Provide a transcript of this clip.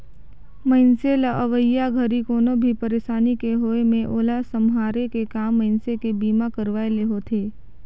मइनसे ल अवइया घरी कोनो भी परसानी के होये मे ओला सम्हारे के काम मइनसे के बीमा करवाये ले होथे